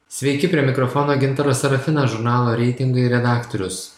sveiki prie mikrofono gintaras serafinas žurnalo reitingai redaktorius